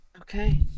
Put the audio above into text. Okay